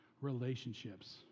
relationships